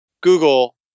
Google